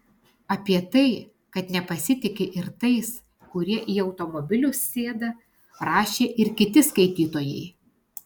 apie tai kad nepasitiki ir tais kurie į automobilius sėda rašė ir kiti skaitytojai